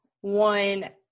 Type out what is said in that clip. one